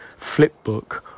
flipbook